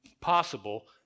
Possible